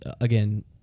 again